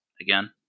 again